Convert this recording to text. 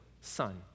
son